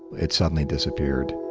it suddenly disappeared